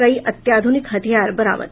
कई अत्याध्रनिक हथियार बरामद